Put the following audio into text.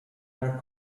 hair